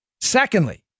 Secondly